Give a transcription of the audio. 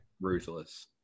Ruthless